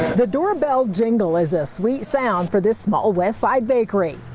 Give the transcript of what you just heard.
the doorbell jingle is a sweet sound for this small west side bakery.